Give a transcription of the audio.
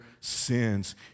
sins